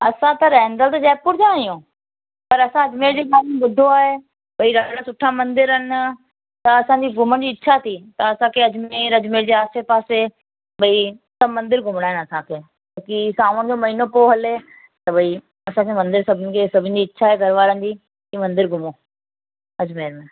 असां त रहंदा त जयपुर जा आहियूं पर असां अजमेर जे बारे में ॿुधो आहे भाई ॾाढा सुठा मंदिर आहिनि त असांजी घुमण जी इच्छा थी त असांखे अजमेर अजमेर जे आसे पासे भई सभु मंदिर घुमणा आहिनि असांखे छोकि सावण जो महीनो पियो हले त भाई असांखे मंदिर सभिनि जी सभिनि जी इच्छा आहे घर वारनि जी की मंदिर घुमूं